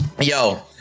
Yo